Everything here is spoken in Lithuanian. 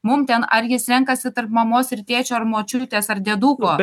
mum ten ar jis renkasi tarp mamos ir tėčio ar močiutės ar dieduko